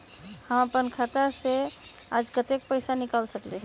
हम अपन खाता से आज कतेक पैसा निकाल सकेली?